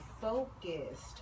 focused